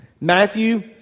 Matthew